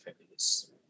families